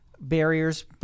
barriers